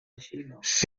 sis